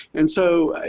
and so,